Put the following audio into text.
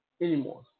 anymore